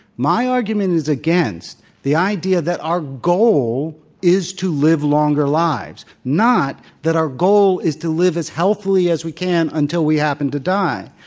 my argument is against the idea that our goal is to live longer lives, not that our goal is to live as healthily as we can until we happen to die.